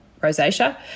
rosacea